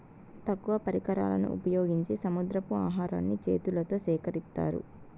తక్కువ పరికరాలను ఉపయోగించి సముద్రపు ఆహారాన్ని చేతులతో సేకరిత్తారు